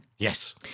Yes